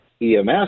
EMS